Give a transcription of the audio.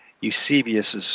Eusebius's